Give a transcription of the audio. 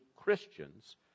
Christians